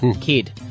kid